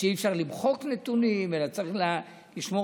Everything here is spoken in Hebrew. שאי-אפשר למחוק נתונים וצריך לשמור